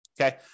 Okay